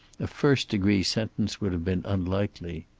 a first degree sentence would have been unlikely.